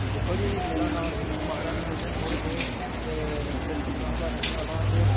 दिक्खो जी मेरा नांऽ रोहित कुमार ऐ ते में उधमपुर दे तिरछी ग्रां दा रौह्न आह्ला आं ते